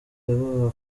yavugaga